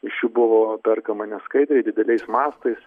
iš jų buvo perkama neskaidriai dideliais mastais